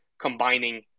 combining